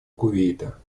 кувейта